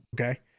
Okay